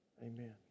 Amen